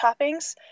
toppings